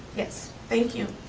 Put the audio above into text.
yes, thank you.